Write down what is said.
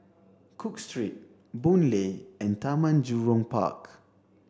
Cook Street Boon Lay and Taman Jurong Park